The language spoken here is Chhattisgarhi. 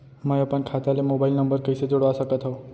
मैं अपन खाता ले मोबाइल नम्बर कइसे जोड़वा सकत हव?